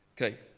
Okay